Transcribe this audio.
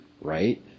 right